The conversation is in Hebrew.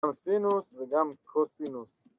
‫גם סינוס וגם קוסינוס.